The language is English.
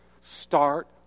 Start